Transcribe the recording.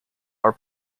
are